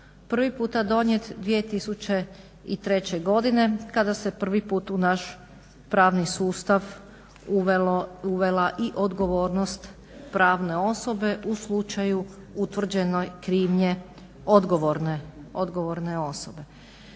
prvi puta donijet 2003. godine kada se prvi put u naš pravni sustav uvela i odgovornost pravne osobe u slučaju utvrđenoj krivnje odgovorne osobe.